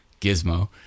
gizmo